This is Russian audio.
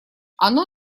оно